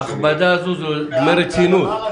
ההכבדה הזאת היא דמי רצינות.